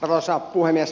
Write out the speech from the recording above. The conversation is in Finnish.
arvoisa puhemies